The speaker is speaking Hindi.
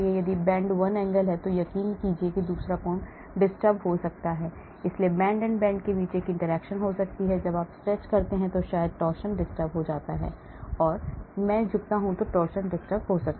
यदि bend one angle हैं तो यकीन है कि दूसरा कोण परेशान हो सकता है इसलिए bend and bend के बीच एक interaction हो सकती है जब आप stretch करते हैं तो शायद torsion disturbहो जाता है जब मैं झुकता हूं तो torsion disturb हो जाता है